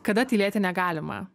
kada tylėti negalima